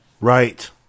Right